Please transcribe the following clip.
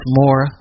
more